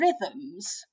rhythms